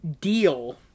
deal